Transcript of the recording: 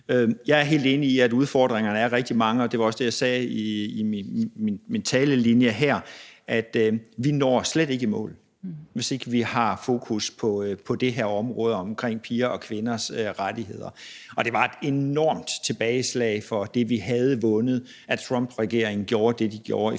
Jeg er helt enig i, at udfordringerne er rigtig mange, og som jeg også sagde, når vi slet ikke i mål, hvis ikke vi har fokus på det her område, omkring pigers og kvinders rettigheder. Det var et enormt tilbageslag for det, vi havde vundet, at Trumpregeringen gjorde det, de gjorde i